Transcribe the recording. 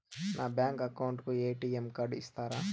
నా bank account కు ATM card ఇస్తారా